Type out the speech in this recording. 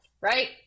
right